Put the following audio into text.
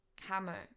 Hammer